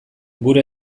gure